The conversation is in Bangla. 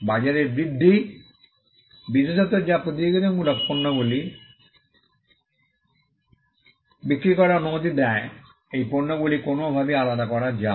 বাজারের বৃদ্ধি বিশেষত যা প্রতিযোগিতামূলক পণ্যগুলি বিক্রি করার অনুমতি দেয় এই পণ্যগুলি কোনওভাবেই আলাদা করা যায়